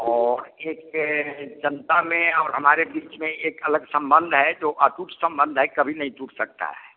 और एक जनता में और हमारे बीच में एक अलग सम्बन्ध है जो अटूट सम्बन्ध है कभी नहीं टूट सकता है